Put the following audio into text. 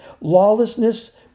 Lawlessness